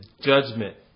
judgment